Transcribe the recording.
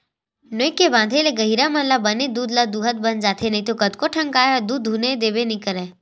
नोई के बांधे ले गहिरा मन ल बने दूद ल दूहूत बन जाथे नइते कतको ठन गाय ह दूद दूहने देबे नइ करय